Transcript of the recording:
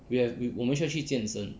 we have we 我们需要去健身